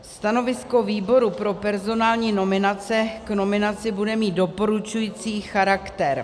Stanovisko výboru pro personální nominace k nominaci bude mít doporučující charakter.